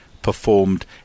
performed